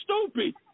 stupid